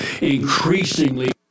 increasingly